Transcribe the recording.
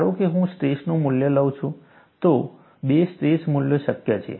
ધારો કે હું સ્ટ્રેસનું મૂલ્ય લઉં છું તો બે સ્ટ્રેસ મૂલ્યો શક્ય છે